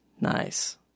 Nice